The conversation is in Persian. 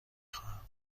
خواهم